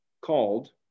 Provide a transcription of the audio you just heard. called